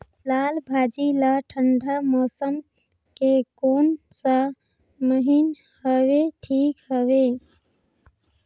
लालभाजी ला ठंडा मौसम के कोन सा महीन हवे ठीक हवे?